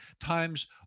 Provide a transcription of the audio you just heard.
times